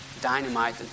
dynamite